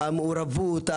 המעורבות,